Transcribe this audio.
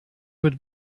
would